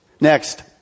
Next